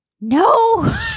No